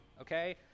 okay